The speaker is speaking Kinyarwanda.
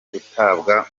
gutabwa